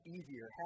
easier